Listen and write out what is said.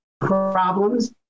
problems